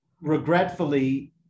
regretfully